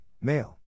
Male